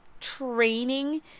training